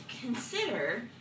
consider